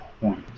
point